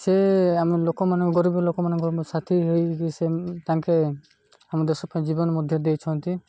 ସେ ଆମେ ଲୋକମାନ ଗରିବ ଲୋକମାନଙ୍କ ସାଥି ହେଇକି ସେ ତାଙ୍କେ ଆମ ଦେଶ ପାଇଁ ଜୀବନ ମଧ୍ୟ ଦେଇଛନ୍ତି